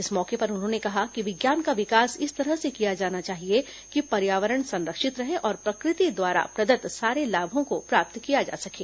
इस मौके पर उन्होंने कहा कि विज्ञान का विकास इस तरह से किया जाना चाहिए कि पर्यावरण संरक्षित रहे और प्रकृति द्वारा प्रदत्त सारे लाभों को प्राप्त किया सकें